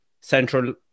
central